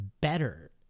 better